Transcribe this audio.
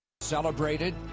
celebrated